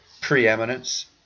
preeminence